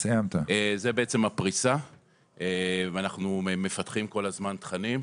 זה בעצם הפריסה ואנחנו מפתחים כל הזמן תכנים,